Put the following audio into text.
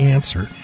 Answer